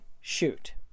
shoot